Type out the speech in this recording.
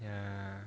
ya